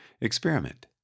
experiment